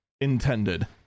intended